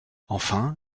enfin